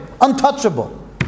untouchable